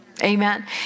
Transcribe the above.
Amen